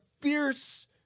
fierce